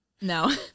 no